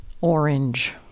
orange